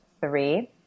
three